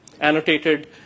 annotated